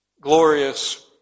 glorious